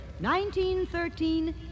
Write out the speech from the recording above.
1913